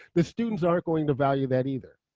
the students aren't going to value that either.